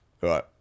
Right